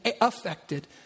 affected